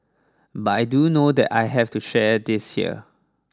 but I do know that I have to share this here